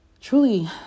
truly